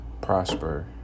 prosper